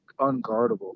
unguardable